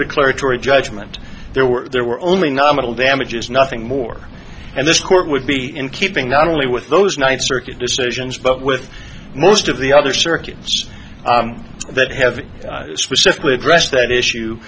declaratory judgment there were there were only nominal damages nothing more and this court would be in keeping not only with those ninth circuit decisions but with most of the other circuits that have specifically addressed that issue